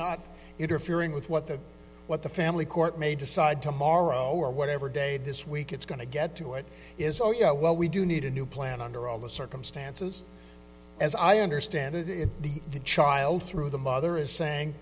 not interfering with what the what the family court may decide tomorrow or whatever day this week it's going to get to it is oh yeah well we do need a new plan under all the circumstances as i understand it if the child through the mother is saying